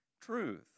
truth